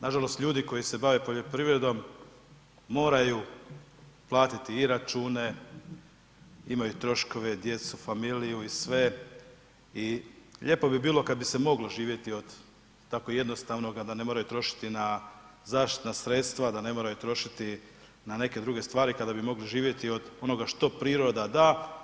Nažalost, ljudi koji se bave poljoprivredom moraju platiti i račune, imaju troškove, djecu, familiju i sve i lijepo bi bilo kad bi se moglo živjeti od tako jednostavnoga, a da ne moraju trošiti na zaštitna sredstva, da ne moraju trošiti na neke druge stvari, kada bi mogli živjeti od onoga što priroda da.